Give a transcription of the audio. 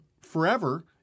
forever